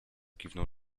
kiwnął